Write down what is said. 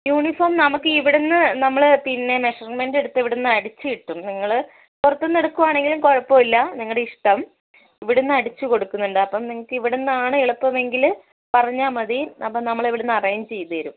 uniform നമുക്ക് ഈ ഇവിടുന്ന് നമ്മൾ പിന്നെ മെഷർമെൻറ്റ് എടുത്ത് ഇവിടുന്ന് അടിച്ചുകിട്ടും നിങ്ങൾ പുറത്തുനിന്ന് എടുക്കുവാണെങ്കിലും കുഴപ്പമില്ല് നിങ്ങളുടെ ഇഷ്ടം ഇവിടുന്ന് അടിച്ചുകൊടുക്കുന്നുണ്ട് അപ്പം നിങ്ങൾക്ക് ഇവിടുന്നാണ് എളുപ്പമെങ്കിൽ പറഞ്ഞാൽ മതി അപ്പം നമ്മളിവിടുന്ന് അറേഞ്ച് ചെയ്തുതരും